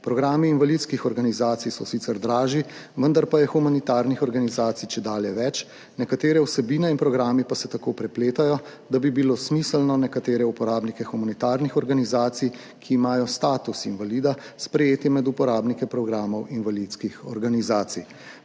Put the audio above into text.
Programi invalidskih organizacij so sicer dražji, vendar pa je humanitarnih organizacij čedalje več, nekatere vsebine in programi pa se tako prepletajo, da bi bilo smiselno nekatere uporabnike humanitarnih organizacij, ki imajo status invalida, sprejeti med uporabnike programov invalidskih organizacij.